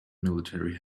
military